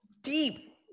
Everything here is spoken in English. deep